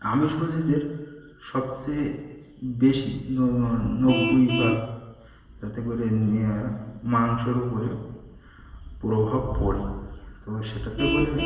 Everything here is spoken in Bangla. আমিষভোজীদের সবচেয়ে বেশি নব্বইভাগ তাতে করে নিয়ে মাংসর উপরে প্রভাব পড়েনি তো সেটাতে করে